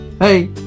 Hey